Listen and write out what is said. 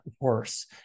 worse